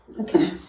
Okay